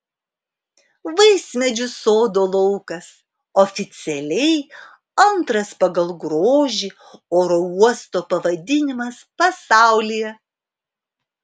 vaismedžių sodo laukas oficialiai antras pagal grožį oro uosto pavadinimas pasaulyje